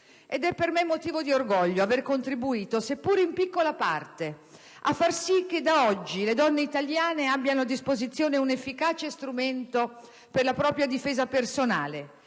Ed è per me motivo di orgoglio aver contribuito, seppure in piccola parte, a far sì che da oggi le donne italiane abbiano a disposizione un efficace strumento per la propria difesa personale